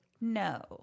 No